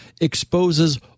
exposes